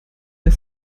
der